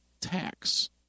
tax